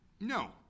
No